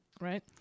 Right